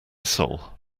soul